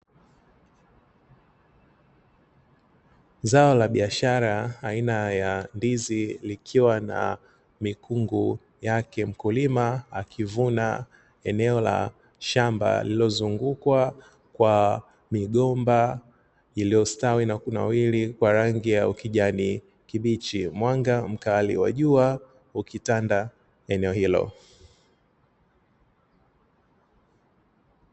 Zao la biashara aina ya ndizi likiwa na mikungu yake mkulima akivuna eneo la shamba lililozungukwa kwa migomba iliyostawi na kunawiri kwa rangi ya ukijani kibichi mwanga mkali wa jua ukitanda eneo hilo.